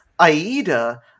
Aida